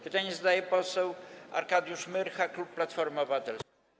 Pytanie zadaje poseł Arkadiusz Myrcha, klub Platforma Obywatelska.